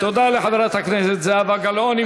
תודה לחברת הכנסת זהבה גלאון.